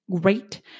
great